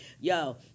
yo